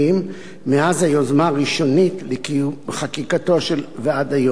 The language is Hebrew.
מאז היוזמה הראשונית לחקיקתו ועד היום.